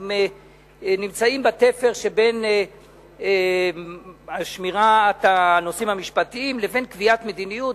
הם נמצאים בתפר שבין שמירת הנושאים המשפטיים לבין קביעת מדיניות,